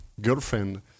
girlfriend